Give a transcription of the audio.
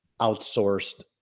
outsourced